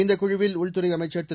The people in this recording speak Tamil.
இந்தக் குழுவில் உள்துறை அமைச்சர் திரு